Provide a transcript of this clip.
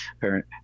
parent